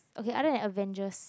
okay other than Avengers